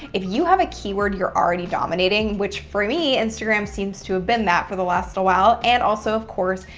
if you have a keyword you're already dominating, which for me instagram seems to have been that for the last awhile. and also, of course,